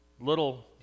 Little